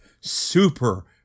Super